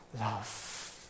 love